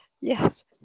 Yes